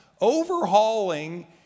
overhauling